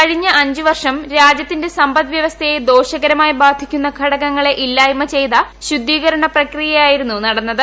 കഴിഞ്ഞ അഞ്ച് വർഷം രാജ്യത്തിന്റെ സമ്പദ്വ്യവസ്ഥയെ ദോഷകരമായി ബാധിക്കുന്ന ഘടകങ്ങളെ ഇല്ലായ്മ ചെയ്ത് ശുദ്ധീകരണ പ്രക്രിയ ആയിരുന്നു നടന്നത്